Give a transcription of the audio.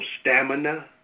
stamina